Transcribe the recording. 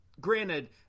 Granted